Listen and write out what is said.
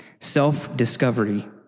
self-discovery